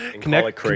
Connect